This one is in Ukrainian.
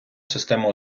система